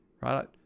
right